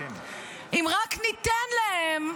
אם רק ניתן להם,